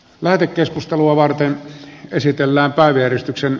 lähetekeskustelua varten esitellä maanjäristyksen